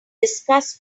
discuss